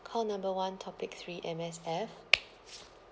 call number one topic three M_S_F